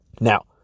Now